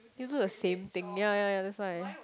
you do the same thing yea yea yea that's why